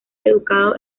educado